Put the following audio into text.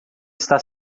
está